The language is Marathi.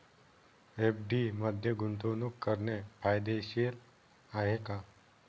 एफ.डी मध्ये गुंतवणूक करणे फायदेशीर आहे का?